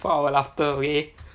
for our laughter away